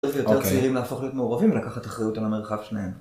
לתת ליותר סביבים להפוך להיות מעורבים ולקחת אחריות על המרחב שניהם.